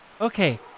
Okay